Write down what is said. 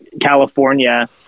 California